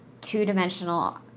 two-dimensional